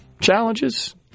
challenges